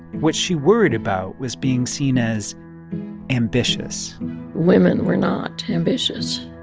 what she worried about was being seen as ambitious women were not ambitious.